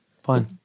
fine